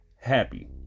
happy